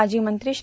माजी मंत्री श्री